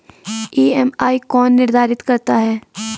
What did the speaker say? EMI कौन निर्धारित करता है?